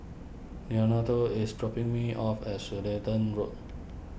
Leonardo is dropping me off at Road